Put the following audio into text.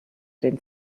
den